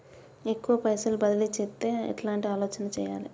ఎక్కువ పైసలు బదిలీ చేత్తే ఎట్లాంటి ఆలోచన సేయాలి?